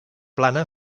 plana